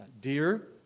dear